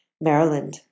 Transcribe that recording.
Maryland